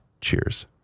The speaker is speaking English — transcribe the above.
cheers